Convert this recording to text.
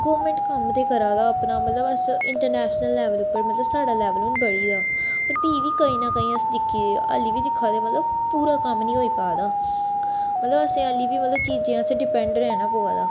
government कम्म ते करा दा अपना मतलब अस इंटरनैश्नल लैवल उप्पर मतलब साढ़ा लैवल हून बड़ी गेदा पर फ्ही कहीं ना कहीं अस दिक्खी अल्ली बी दिक्खा ने मतलब पूरा कम्म नी होई पा दा मतलब असें अल्ली बी मतलब चीजें आस्तै डिपैंड रैह्ना पोआ दा